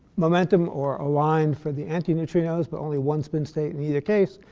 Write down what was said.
momentum, or aligned for the anti-neutrinos. but only one spin state in either case.